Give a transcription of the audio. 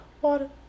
water